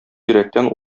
йөрәктән